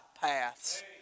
paths